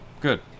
Good